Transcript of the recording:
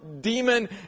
demon